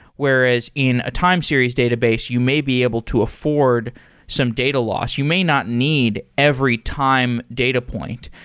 whereas in a time series database, you may be able to afford some data loss. you may not need every time data point.